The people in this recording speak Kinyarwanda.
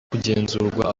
kugenzurwa